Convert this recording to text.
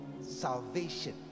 salvation